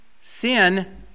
sin